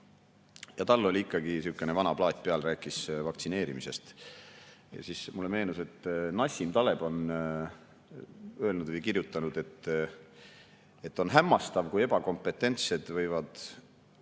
Tal oli ikkagi sihuke vana plaat peal, rääkis vaktsineerimisest. Mulle meenus, et Nassim Taleb on öelnud või kirjutanud, et on hämmastav, kui ebakompetentsed võivad